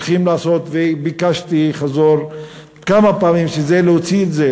ביקשתי כמה פעמים להוציא את זה,